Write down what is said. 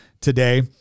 today